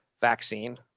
vaccine